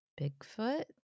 Bigfoot